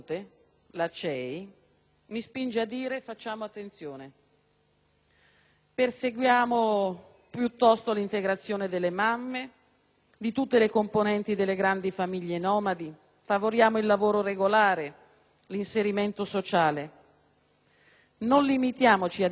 Perseguiamo piuttosto l'integrazione delle mamme e di tutte le componenti delle grandi famiglie nomadi; favoriamo il lavoro regolare, l'inserimento sociale; non limitiamoci ad interventi drastici e contrari alla protezione dell'istituto familiare.